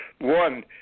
one